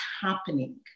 happening